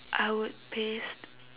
I would paste